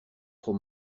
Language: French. trop